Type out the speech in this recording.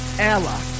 allah